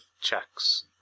checks